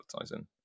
advertising